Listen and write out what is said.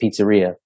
pizzeria